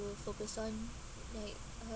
focus on like uh